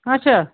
اَچھا